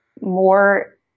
more